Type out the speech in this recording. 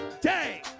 day